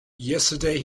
yesterday